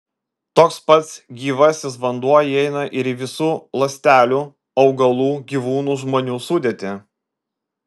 toks pats gyvasis vanduo įeina ir į visų ląstelių augalų gyvūnų žmonių sudėtį